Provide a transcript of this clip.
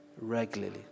regularly